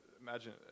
imagine